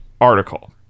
article